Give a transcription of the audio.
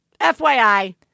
FYI